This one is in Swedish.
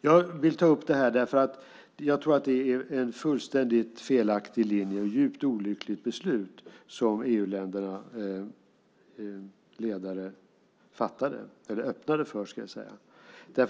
Jag vill ta upp detta därför att jag tror att det är en fullständigt felaktig linje och ett djupt olyckligt beslut som EU-ländernas ledare öppnade för.